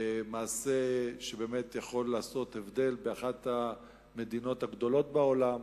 מעשה שבאמת יכול לעשות הבדל באחת המדינות הגדולות בעולם,